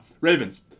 Ravens